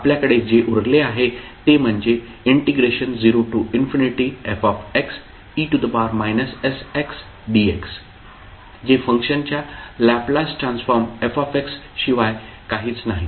आपल्याकडे जे उरले आहे ते म्हणजे0fxe sxdx जे फंक्शनच्या लॅपलास ट्रान्सफॉर्म f शिवाय काहीच नाही